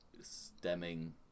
stemming